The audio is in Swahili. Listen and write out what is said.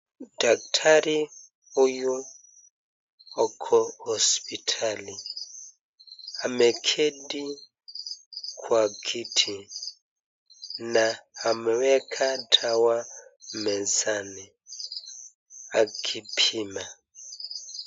Daktari huyu ako hospitali, ameketi kwa kiti, na ameweka dawa mezani akipima.